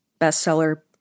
bestseller